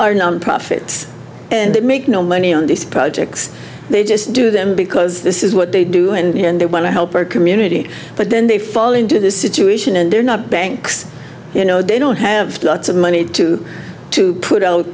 are nonprofits and they make no money on these projects they just do them because this is what they do and they want to help their community but then they fall into this situation and they're not banks you know they don't have lots of money to to put out